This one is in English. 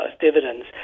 dividends